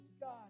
God